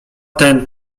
ten